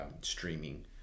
streaming